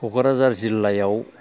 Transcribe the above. क'क्राझार जिल्लायाव